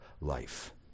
life